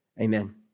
amen